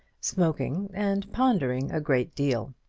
smoking and pondering a great deal.